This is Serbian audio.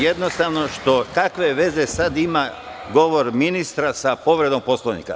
Jednostavno ne može, jer kakve veze ima govor ministra sa povredom Poslovnika?